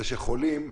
שחולים,